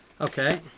Okay